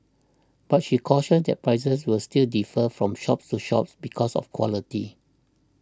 but she cautioned that prices will still defer from shops to shops because of quality